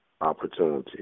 opportunity